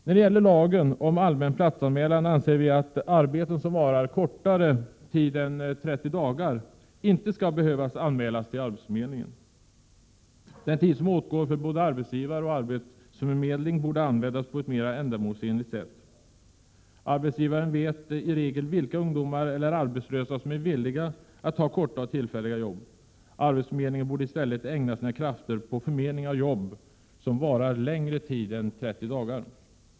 När det gäller lagen om allmän platsanmälan anser vi att arbeten som varar kortare tid än 30 dagar inte skall behöva anmälas till arbetsförmedlingen. Den tid som åtgår för både arbetsgivare och arbetsförmedling borde användas på ett mer ändamålsenligt sätt. Arbetsgivaren vet i regel vilka ungdomar eller arbetslösa som är villiga att ta korta och tillfälliga jobb. Arbetsförmedlingen borde i stället ägna sina krafter åt förmedling av jobb som varar längre tid än 30 dagar.